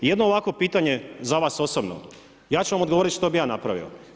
I jedno ovako pitanje, za vas osobno, ja ću vam odgovoriti što bi ja napravio.